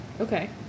Okay